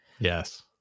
yes